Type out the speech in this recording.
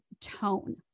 tone